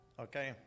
okay